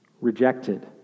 rejected